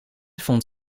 vond